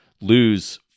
lose